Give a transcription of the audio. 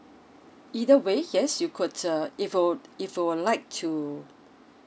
either way yes you could uh if you'd if you would like to